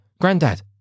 granddad